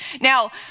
Now